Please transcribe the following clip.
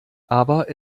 aber